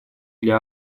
для